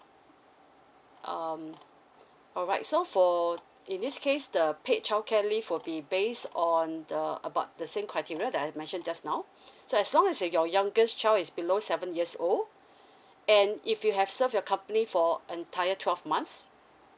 um alright so for in this case the paid childcare leave will be based on the about the same criteria that I've mentioned just now so as long as that your youngest child is below seven years old and if you have served your company for entire twelve months